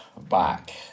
back